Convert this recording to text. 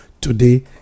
today